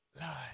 lie